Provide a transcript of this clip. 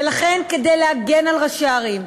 ולכן, כדי להגן על ראשי ערים,